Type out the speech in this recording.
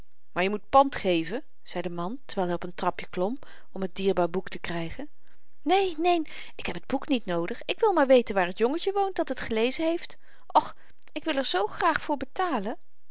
maar je moet pand geven zei de man terwyl hy op een trapje klom om t dierbaar boek te krygen neen neen ik heb t boek niet noodig ik wil maar weten waar het jongetje woont dat het gelezen heeft och ik wil er zoo graag voor betalen